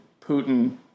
Putin